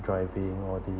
driving all the~